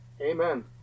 Amen